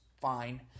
fine